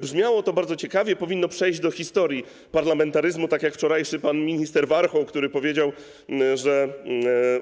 Brzmiało to bardzo ciekawie, powinno przejść do historii parlamentaryzmu, tak jak pan minister Warchoł, który wczoraj powiedział, że